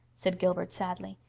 said gilbert sadly.